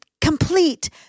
complete